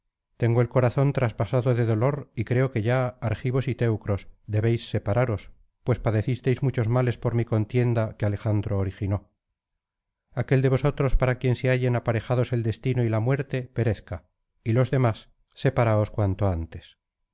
tengo el corazón traspasado de dolor y creo que ya argivos y teucros debéis separaros pues padecisteis muchos males por mi contienda que alejandro originó aquel de nosotros para quien se hallen aparejados el destino y la muerte perezca y los demás separaos cuanto antes